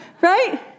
right